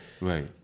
Right